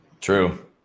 true